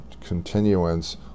continuance